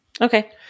Okay